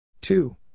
two